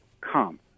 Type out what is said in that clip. come